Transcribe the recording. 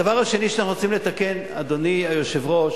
הדבר השני שאנחנו רוצים לתקן, אדוני היושב-ראש,